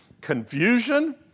confusion